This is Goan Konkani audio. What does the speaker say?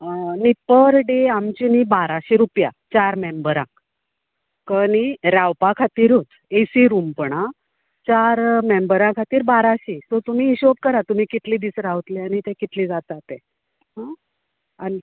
आं नी पर डे आमचे न्ही बाराशे रुपया चार मेम्बरांक कळलें न्ही रावपा खातीरूत एसी रूम पण हां चार मेम्बरां खातीर बाराशीं सो तुमी हिशोब करा तुमी कितले दीस रावतले आनी कितले जाता ते हां आनी